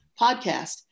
podcast